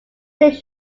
plate